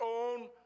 own